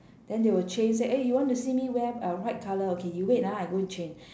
then they will change say eh you want to see me wear uh white colour okay you wait ah I go and change